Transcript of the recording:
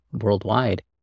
worldwide